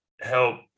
help